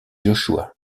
joshua